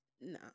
No